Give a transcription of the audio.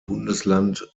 bundesland